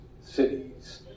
cities